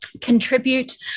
Contribute